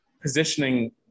positioning